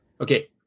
Okay